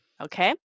okay